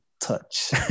touch